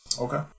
Okay